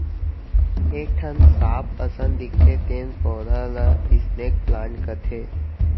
एक ठन सांप असन दिखथे तेन पउधा ल स्नेक प्लांट कथें